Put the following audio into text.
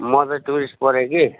म चाहिँ टुरिस्ट परेँ कि